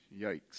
yikes